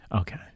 Okay